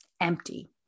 empty